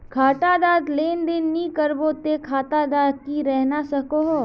खाता डात लेन देन नि करबो ते खाता दा की रहना सकोहो?